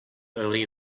early